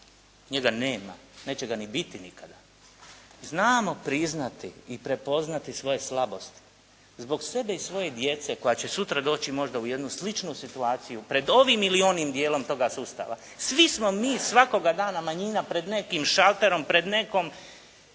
njega nema, neće ga ni biti nikada znamo priznati i prepoznati svoje slabosti zbog sebe i svoje djece koja će sutra doći možda u jednu sličnu situaciju pred ovim ili onim dijelom toga sustava. Svi smo mi svakoga dana manjina pred nekim šalterom, pred nekom